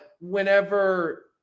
Whenever